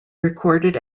recorded